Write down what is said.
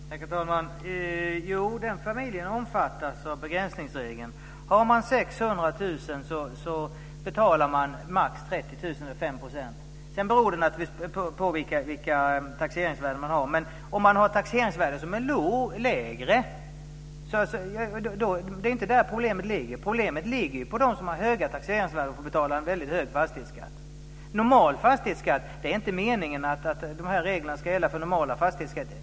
Herr talman! Jo, den familjen omfattas av begränsningsregeln. Har man 600 000 kr i inkomst betalar man max 30 000 kr eller 5 %. Sedan beror det naturligtvis på vilka taxeringsvärden man har. Men har man ett taxeringsvärde som är lägre är det inte ett problem. Problemet är de som har höga taxeringsvärden och som får betala en hög fastighetsskatt. Det är inte meningen att reglerna ska gälla för normal fastighetsskatt.